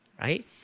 right